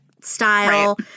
style